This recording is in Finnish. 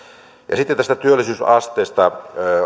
sitten työllisyysasteesta